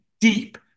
deep